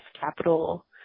capital